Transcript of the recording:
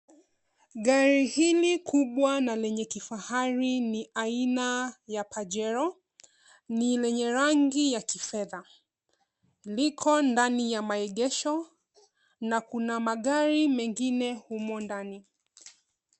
Gari hili kubwa na lenye kifahari ni aina ya Pajero. Ni lenye rangi ya kifedha. Liko ndani ya maegesho, na kuna magari mengine humo ndani.